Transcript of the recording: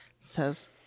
Says